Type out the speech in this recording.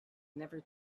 never